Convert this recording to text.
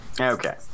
Okay